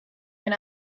when